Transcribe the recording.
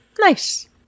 Nice